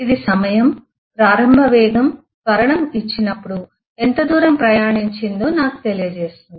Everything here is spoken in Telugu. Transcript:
ఇది సమయంప్రారంభ వేగం త్వరణం ఇచ్చినప్పుడు ఎంత దూరం ప్రయాణించిందో నాకు తెలియజేస్తుంది